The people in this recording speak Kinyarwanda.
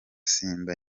simba